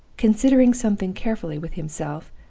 considering something carefully with himself,